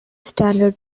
standard